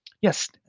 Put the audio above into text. Yes